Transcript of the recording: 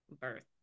birth